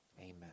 Amen